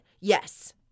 Yes